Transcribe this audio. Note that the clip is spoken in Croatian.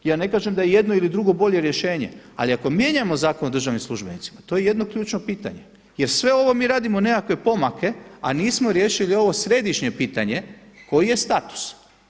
Ja ne kažem da je jedno ili drugo bolje rješenje ali ako mijenjamo Zakon o državnim službenicima to je jedno ključno pitanje jer sve ovo mi radimo neke pomake a nismo riješili ovo središnje pitanje koji je status.